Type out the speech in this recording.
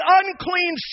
unclean